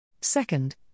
Second